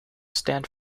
stand